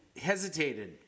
hesitated